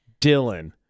Dylan